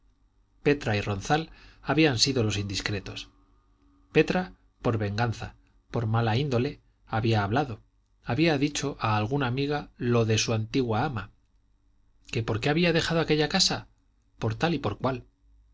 petra y ronzal habían sido los indiscretos petra por venganza por mala índole había hablado había dicho a alguna amiga lo de su antigua ama que por qué había dejado aquella casa por tal y por cual